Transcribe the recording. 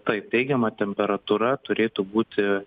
taip teigiama temperatūra turėtų būti